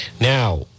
Now